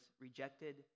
rejected